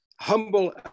humble